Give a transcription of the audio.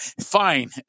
Fine